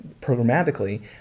programmatically